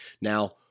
Now